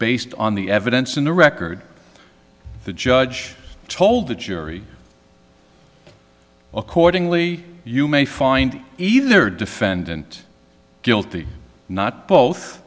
based on the evidence in the record the judge told the jury accordingly you may find either defendant guilty not both